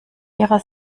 ihrer